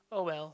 oh well